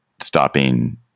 stopping